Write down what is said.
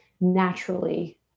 naturally